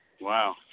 Wow